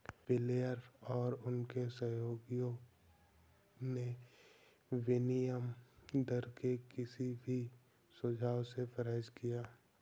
Blair और उनके सहयोगियों ने विनिमय दर के किसी भी सुझाव से परहेज किया